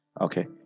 Okay